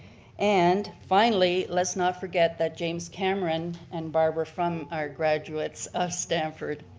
and finally, let's not forget that james cameron and barbara frum are graduates of stamford.